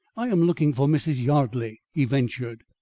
i am looking for mrs. yardley, he ventured.